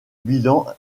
bilan